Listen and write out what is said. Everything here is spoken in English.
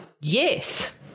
Yes